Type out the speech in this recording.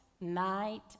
night